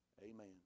Amen